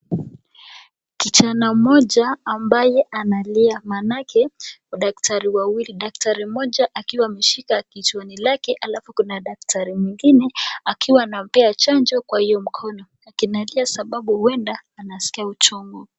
Kijana mmoja, ambaye analia, manake daktari wawili. Daktari mmoja akiwa ameshika kichwani lake, alafu kuna daktari mwingine, akiwa anampea chanjo kwa hiyo mkono. Analia kwasababu huenda, anaskia uchungu.